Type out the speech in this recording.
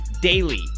daily